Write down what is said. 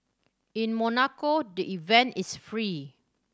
in Monaco the event is free